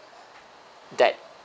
that